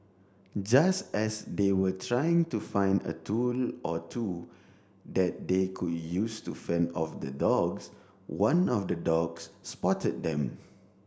just as they were trying to find a tool or two that they could use to fend off the dogs one of the dogs spotted them